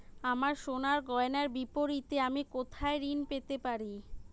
আমার সোনার গয়নার বিপরীতে আমি কোথায় ঋণ পেতে পারি?